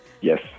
yes